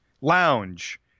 Lounge